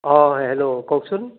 অঁ হেল্ল' কওকচোন